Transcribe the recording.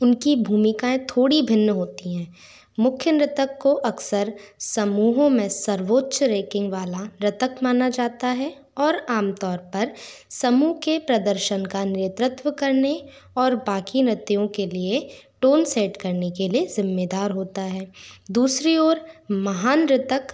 उनकी भूमिकाएँ थोड़ी भिन्न होती हैं मुख्य नृतक को अक्सर समूहों में सर्वोच्च रैकिंग वाला नृतक माना जाता है और आमतौर पर समूह के प्रदर्शन का नेतृत्व करने और बाकि नृत्यों के लिए टोन सेट करने के लिए ज़िम्मेदार होता है दूसरी ओर महान नृतक